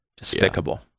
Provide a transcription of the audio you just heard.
Despicable